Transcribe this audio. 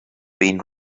been